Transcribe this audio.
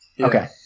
Okay